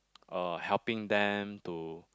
uh helping them to